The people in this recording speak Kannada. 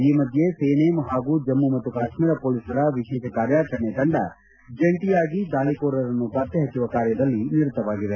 ಈಮದ್ದೆ ಸೇನೆ ಹಾಗೂ ಜಮ್ಮ ಮತ್ತು ಕಾಶ್ಮೀರ ಪೊಲೀಸರ ವಿಶೇಷ ಕಾರ್ಯಾಚರಣೆ ತಂಡ ಜಂಟಿಯಾಗಿ ದಾಳಿಕೋರರನ್ನು ಪತ್ತೆ ಹಚ್ಚುವ ಕಾರ್ಯದಲ್ಲಿ ನಿರತವಾಗಿವೆ